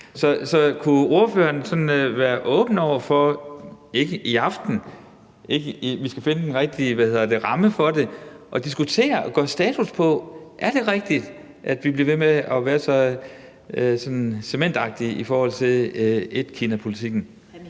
Så kunne ordføreren sådan være åben over for – ikke i aften, for vi skal finde den rigtige ramme for det – at diskutere, gøre status på, om det er det rigtige, at vi bliver ved med at være så cementagtige i forhold til etkinapolitikken?